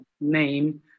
name